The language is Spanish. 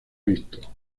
visto